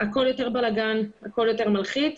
הכול יותר בלגן, הכול יותר מלחיץ.